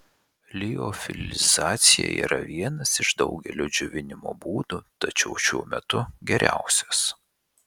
liofilizacija yra vienas iš daugelio džiovinimo būdų tačiau šiuo metu geriausias